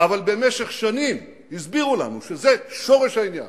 אבל במשך שנים הסבירו לנו שזה שורש העניין